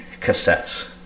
cassettes